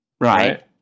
right